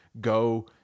go